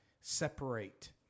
separate